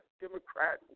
Democrat